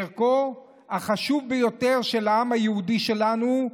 לערכו החשוב ביותר של העם היהודי שלנו,